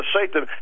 Satan